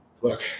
look